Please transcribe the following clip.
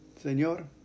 Señor